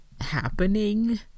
happening